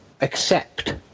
accept